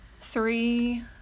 three